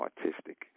artistic